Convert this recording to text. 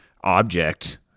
object